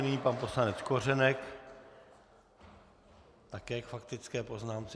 Nyní pan poslanec Kořenek, také ještě k faktické poznámce.